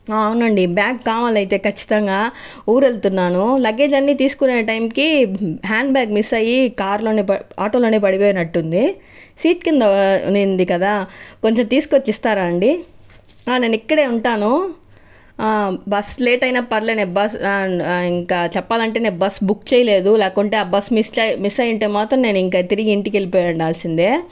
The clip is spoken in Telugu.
అవునండి బ్యాగ్ కావాలి అయితే ఖచ్చితంగా ఊరు వెళ్తున్నాను లగేజ్ అన్ని తీసుకునే టైంకి హ్యాండ్ బ్యాగ్ మిస్ అయ్యి కారులోనే ఆటోలోనే పడిపోయినట్టుంది సీటు కింద ఉండింది కదా కొంచెం తీసుకొచ్చి ఇస్తారా అండి నేను ఇక్కడే ఉంటాను బస్సు లేట్ అయిన పర్లే నేను బస్సు ఇంకా చెప్పాలంటే బస్సు బుక్ చేయలేదు లేకుంటే ఆ బస్సు మిస్ మిస్ అయ్యుంటే మాత్రం నేను తిరిగి ఇంటికి వెళ్లిపోయి ఉండాల్సిందే